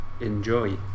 enjoy